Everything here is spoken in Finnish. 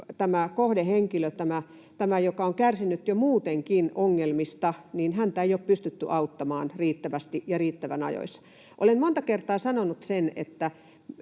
tätä kohdehenkilöä, joka on kärsinyt jo muutenkin ongelmista, ei ole pystytty auttamaan riittävästi ja riittävän ajoissa? Olen monta kertaa sanonut sen